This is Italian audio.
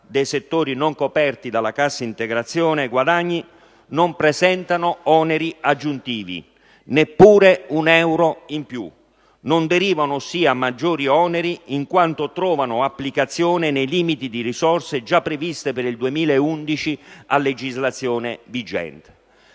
dei settori non coperti dalla cassa integrazione guadagni - non presentano oneri aggiuntivi: neppure un euro in più. Non ne derivano ossia maggiori oneri, in quanto trovano applicazione nei limiti di risorse già previste per il 2011 a legislazione vigente.